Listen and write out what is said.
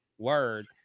word